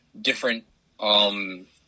different